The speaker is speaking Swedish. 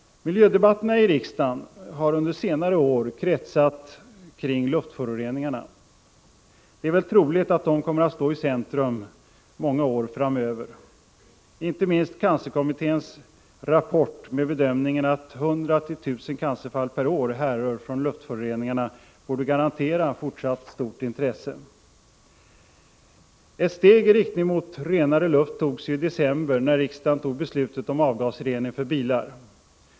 Miljödebatterna i riksdagen har under senare år kretsat kring luftföroreningarna. Det är väl troligt att de kommer att stå i centrum många år framöver. Inte minst cancerkommitténs rapport med bedömningen att 100-1 000 cancerfall per år härrör från luftföroreningarna borde garantera fortsatt stort intresse. Ett steg i riktning mot renare luft togs ju i december när riksdagen fattade beslutet om avgasrening för bilar.